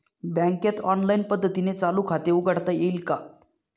बँकेत ऑनलाईन पद्धतीने चालू खाते उघडता येईल का?